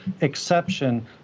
exception